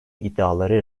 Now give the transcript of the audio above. iddiaları